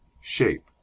shape